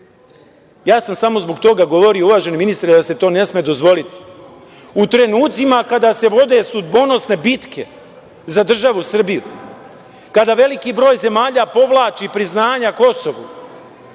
sam samo zbog toga govorio uvaženi ministre da se to ne sme dozvoliti. U trenucima kada se vode sudbonosne bitke za državu Srbiju, kada veliki broj zemalja povlači priznanja Kosovu,